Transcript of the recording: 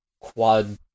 quad